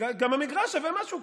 גם המגרש שווה משהו.